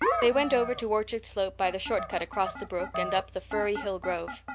they went over to orchard slope by the short cut across the brook and up the firry hill grove.